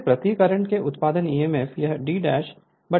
इसलिए प्रति कंडक्टर से उत्पन्न ईएमएफ यह d ∅ dash d t है